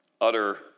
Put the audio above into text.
utter